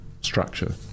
structure